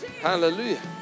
Hallelujah